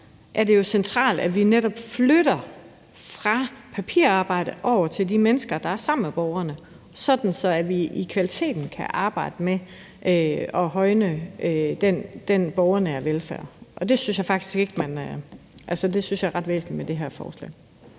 er det jo centralt, at vi netop flytter os fra papirarbejde og over til de mennesker, der er sammen med borgerne, sådan at vi i forhold til kvaliteten kan arbejde med at højne den borgernære velfærd, og det synes jeg faktisk er ret væsentligt med det her forslag.